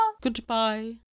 Goodbye